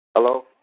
Hello